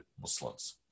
Muslims